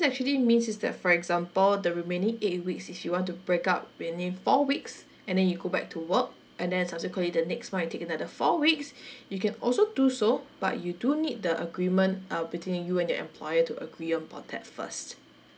actually means is that for example the remaining eight weeks if you want to break up mainly four weeks and then you go back to work and then subsequently the next month you take another four weeks you can also do so but you do need the agreement uh between you and your employer to agree about that first